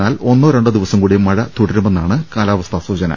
എന്നാൽ ഒന്നോ രണ്ടോ ദിവസംകൂടി മഴ തുടരുമെന്നാണ് കാലാ വസ്ഥാ സൂചന